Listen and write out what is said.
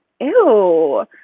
ew